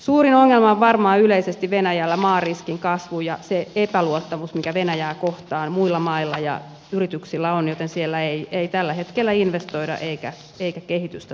suurin ongelma venäjällä yleisesti on varmaan maariskin kasvu ja se epäluottamus mikä venäjään kohtaan muilla mailla ja yrityksillä on joten siellä ei tällä hetkellä investoida eikä kehitystä tapahdu